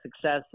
success